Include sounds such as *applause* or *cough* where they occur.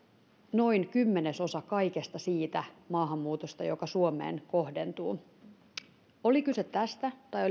noin kymmenesosa kaikesta siitä maahanmuutosta joka suomeen kohdentuu oli kyse tästä tai *unintelligible*